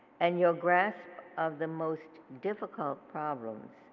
and your grasp of the most difficult problems,